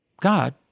God